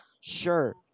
Sure